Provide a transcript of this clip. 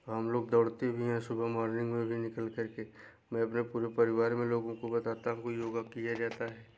हम लोग दौड़ते भी हैं सुबह मॉर्निंग में भी निकल करके मैं अपने पूरे परिवार में लोगों को बताता हूँ योग किया जाता है